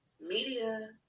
media